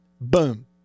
boom